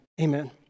amen